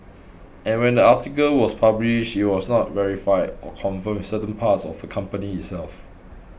and when the article was published it was not verified or confirmed with certain parts of the company itself